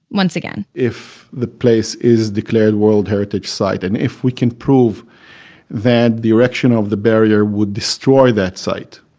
once again if the place is declared world heritage site and if we can prove that the erection of the barrier would destroy that site,